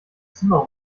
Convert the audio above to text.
zimmer